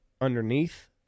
underneath